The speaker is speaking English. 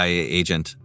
agent